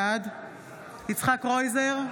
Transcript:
בעד יצחק קרויזר,